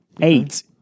eight